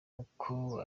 uko